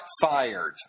fired